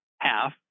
Half